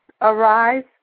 Arise